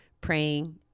praying